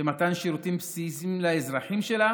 במתן שירותים בסיסיים לאזרחים שלה.